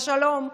השלום,